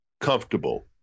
comfortable